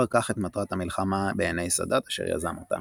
כך את מטרת המלחמה בעיני סאדאת אשר יזם אותה